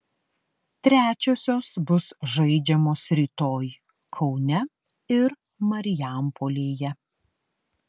trečiosios bus žaidžiamos rytoj kaune ir marijampolėje